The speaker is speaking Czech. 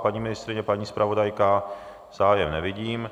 Paní ministryně, paní zpravodajka zájem nevidím.